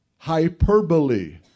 Hyperbole